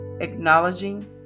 acknowledging